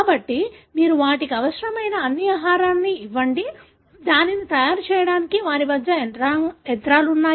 కాబట్టి మీరు వాటికీ అవసరమైన అన్ని ఆహారాన్ని ఇవ్వండి దానిని తయారు చేయడానికి వారి వద్ద యంత్రాలు ఉన్నాయి